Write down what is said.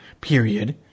period